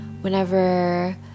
Whenever